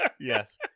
Yes